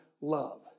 love